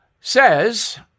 says